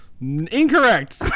Incorrect